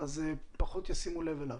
פחות ישימו לב אליו.